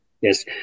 yes